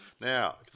Now